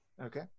Okay